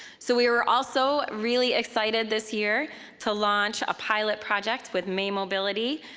so we were also really excited this year to launch a pilot project with may mobility,